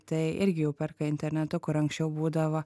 tai irgi jau perka internetu kur anksčiau būdavo